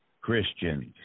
Christians